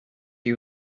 you